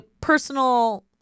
personal